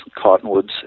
cottonwoods